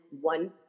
one